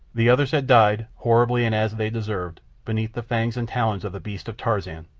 the others had died, horribly, and as they deserved, beneath the fangs and talons of the beasts of tarzan,